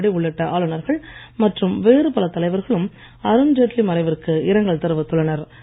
கிரண்பேடி உள்ளிட்ட ஆளுநர்கள் மற்றும் வேறு பல தலைவர்களும் அருண்ஜெட்லி மறைவிற்கு இரங்கல் தெரிவித்துள்ளனர்